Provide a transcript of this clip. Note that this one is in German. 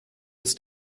ist